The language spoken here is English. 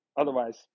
Otherwise